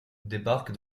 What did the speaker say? débarquent